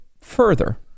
further